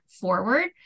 forward